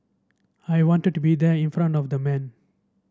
I wanted to be there in front of the man